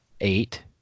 Eight